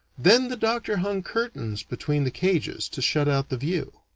then the doctor hung curtains between the cages to shut out the view.